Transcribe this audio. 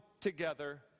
together